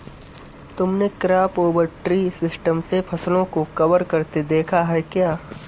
तुमने crop over tree system से फसलों को कवर करते देखा है क्या?